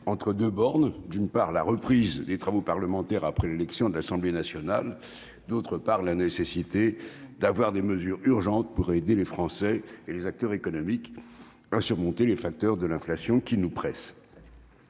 entre deux bornes : d'une part, la reprise des travaux parlementaires après l'élection de l'Assemblée nationale ; d'autre part, la nécessité de prendre des mesures urgentes pour aider les Français et les acteurs économiques à surmonter les effets de l'inflation qui nous pressent.